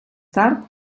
tard